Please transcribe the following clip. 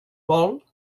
vol